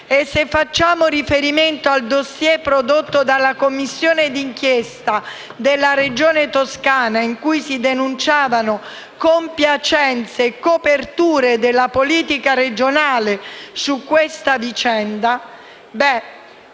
se facciamo riferimento al *dossier* prodotto dalla Commissione d'inchiesta della Regione Toscana, in cui si denunciavano compiacenze e coperture della politica regionale su questa vicenda.